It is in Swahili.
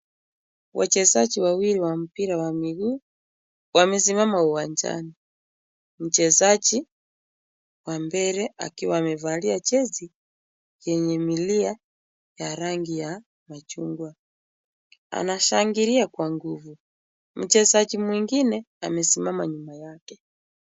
Wachezaji wawili wa mpira wa miguu wamesimama uwanjani. Mchezaji wa mbele akiwa amevalia jezi yenye milia ya rangi ya machungwa, anashangilia kwa nguvu, mchezaji mwingine amesimama nyuma yake.